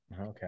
okay